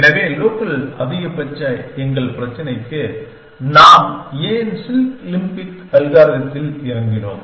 எனவே லோக்கல் அதிகபட்ச எங்கள் பிரச்சினைக்கு நாம் ஏன் சில்க் லிம்பிக் அல்காரிதத்தில் இறங்கினோம்